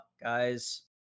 guys